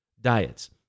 diets